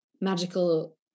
magical